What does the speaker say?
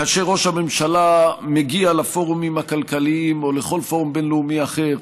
כאשר ראש הממשלה מגיע לפורומים הכלכליים או לכל פורום בין-לאומי אחר,